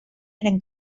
eren